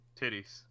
Titties